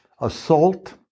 assault